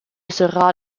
sera